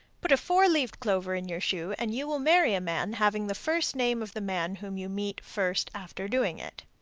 put a four-leaved clover in your shoe, and you will marry a man having the first name of the man whom you meet first after doing it.